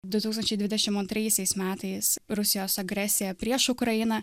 du tūkstančiai dvidešim antraisiais metais rusijos agresija prieš ukrainą